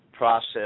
Process